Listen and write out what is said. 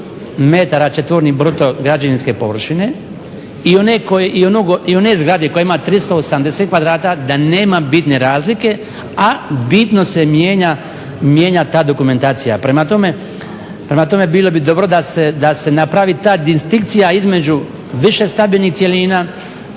metara četvornih bruto građevinske površine i one zgrade koja ima 380 kvadrata da nema bitne razlike, a bitno se mijenja ta dokumentacija. Prema tome, bilo bi dobro da se napravi ta distinkcija između više stabilnih cjelina,